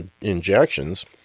injections